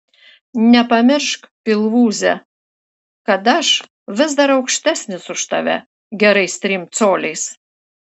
nepamiršk pilvūze kad aš vis dar aukštesnis už tave gerais trim coliais